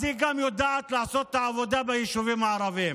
אז היא יודעת לעשות את העבודה גם ביישובים הערביים.